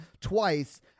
twice